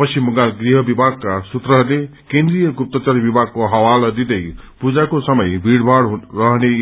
पश्चिम बंगाल गृह विभागका सूत्रहरूले केन्द्रीय गुत्तचर विभागको हवाला दिँदै पूजाको समय भीड़भाड़ रहने